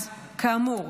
אז כאמור